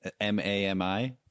M-A-M-I